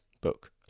book